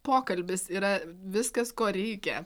pokalbis yra viskas ko reikia